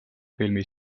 filmi